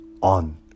on